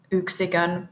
yksikön